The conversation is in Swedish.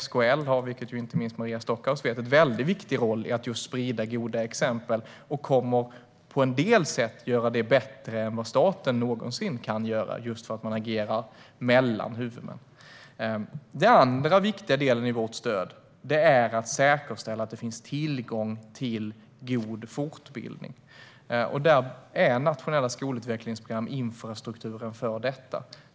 SKL har en väldigt viktig roll i att sprida goda exempel, vilket inte minst Maria Stockhaus vet, och kommer på en del sätt att göra detta bättre än vad staten någonsin kan göra, just eftersom man agerar mellan huvudmän. Den andra viktiga delen i vårt stöd är att säkerställa att det finns tillgång till god fortbildning. Nationella skolutvecklingsprogram utgör infrastrukturen för detta.